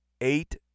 eight